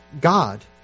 God